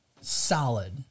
solid